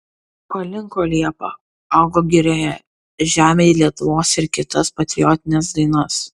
palinko liepa augo girioje žemėj lietuvos ir kitas patriotines dainas